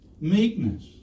meekness